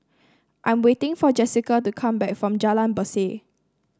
I'm waiting for Jesica to come back from Jalan Berseh